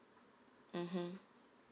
mmhmm